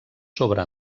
sobre